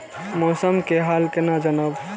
मौसम के हाल केना जानब?